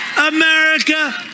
America